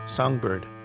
Songbird